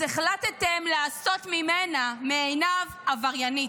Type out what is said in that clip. אז החלטתם לעשות ממנה, מעינב, עבריינית.